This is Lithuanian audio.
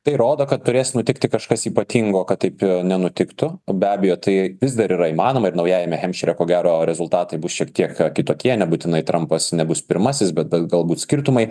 tai rodo kad turės nutikti kažkas ypatingo kad taip nenutiktų be abejo tai vis dar yra įmanoma ir naujajame hempšyre ko gero rezultatai bus šiek tiek kitokie nebūtinai trampas nebus pirmasis bet galbūt skirtumai